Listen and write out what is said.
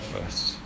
First